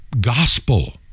gospel